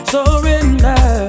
Surrender